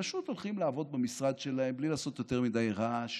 פשוט הולכים לעבוד במשרד שלהם בלי לעשות יותר מדי רעש,